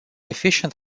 efficient